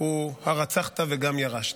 הוא "הרצחת וגם ירשת",